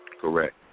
Correct